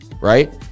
Right